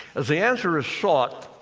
as the answer is sought,